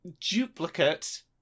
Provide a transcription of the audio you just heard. duplicate